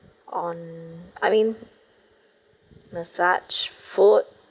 on I mean massage food